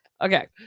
okay